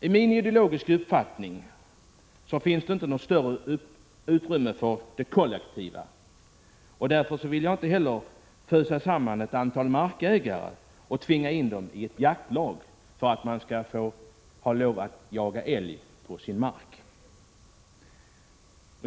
I min ideologiska uppfattning finns det inte något större utrymme för det kollektiva. Därför vill jag inte heller fösa samman ett antal markägare och tvinga in dem i ett jaktlag för att de skall få lov att jaga älg på sin mark.